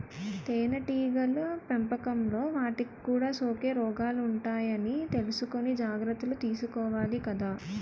తేనెటీగల పెంపకంలో వాటికి కూడా సోకే రోగాలుంటాయని తెలుసుకుని జాగర్తలు తీసుకోవాలి కదా